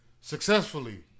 successfully